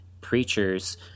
preachers